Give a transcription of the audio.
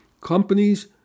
Companies